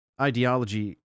ideology